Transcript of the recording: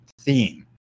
theme